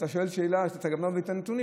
אתה שואל שאלה, ואתה גם לא מביא את הנתונים.